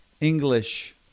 English